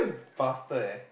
bastard leh